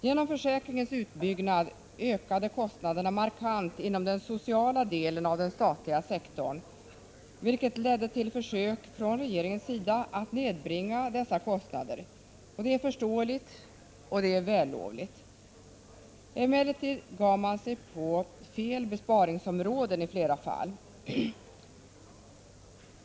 Genom försäkringens utbyggnad ökade kostnaderna markant inom den sociala delen av den statliga sektorn, vilket ledde till försök från regeringens sida att nedbringa dessa. Det är förståeligt och vällovligt. Emellertid gav man sig i flera fall på fel besparingsområden.